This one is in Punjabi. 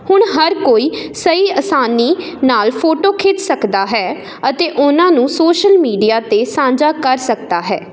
ਹੁਣ ਹਰ ਕੋਈ ਸਹੀ ਆਸਾਨੀ ਨਾਲ ਫੋਟੋ ਖਿੱਚ ਸਕਦਾ ਹੈ ਅਤੇ ਉਨ੍ਹਾਂ ਨੂੰ ਸੋਸ਼ਲ ਮੀਡੀਆ 'ਤੇ ਸਾਂਝਾ ਕਰ ਸਕਦਾ ਹੈ